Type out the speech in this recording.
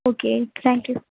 okay thank you